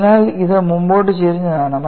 അതിനാൽ ഇത് മുന്നോട്ട് ചരിഞ്ഞതാണ്